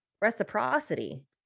reciprocity